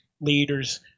leaders